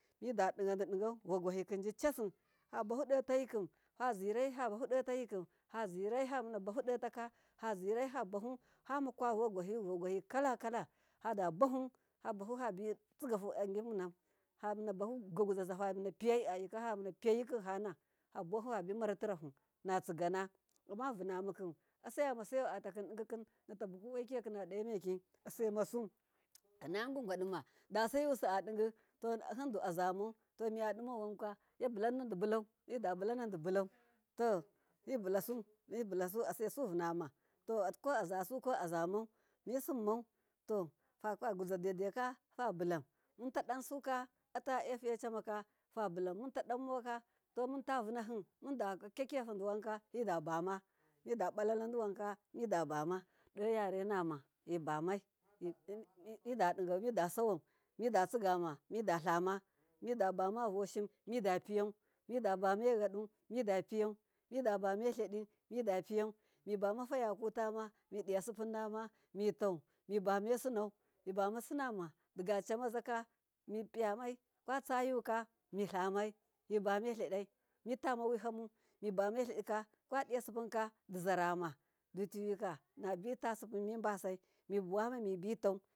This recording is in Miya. Midadigadidigau vogwahika jicasi fabahudotayikim fazirai famuna bahudota ka famakwavogwahiyu kalakala fada bahu fabahu fabitsigahu agin munan fabahugwa gwuzyaza ka famuna piya yikin hana fabuwahu fabiratirahu natsigana, amma vunamakim asaya sayau atabimdigikim yintanu waki yakina dimameki innagwa gwanimadasayusi adigi to a handu azamau to miya dimawankwa yabuladibulau to mibulasu asesu vunama, to azasu ko azamau misimmau to fakwa guza daidai ka fabulan muntadan su ka ata efiyecamau mutadan mauka munta vunahi mun gyaki yafudi wanka mida bama, midabalalade wanka midabama do yarenama mibamaii midade gau midasawau midatsiguma midelama midabama voshin mida piyau, midabame yadu midapiyau, midabameladi mida piyau mibama fayakutama midi yasipunnama mitau mibuma sinama, digajamazaka mipiyamai kwatsa yuka milamai mibamai ladika mitama wihamu kwadi ya sipunka dizarama dutuwika mibasai mubu wama mibitai.